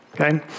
Okay